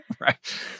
Right